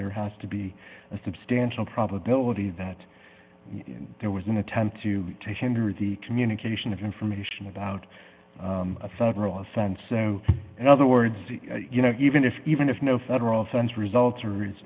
there has to be a substantial probability that there was an attempt to take henry the communication of information about a federal offense so in other words you know even if even if no federal funds results or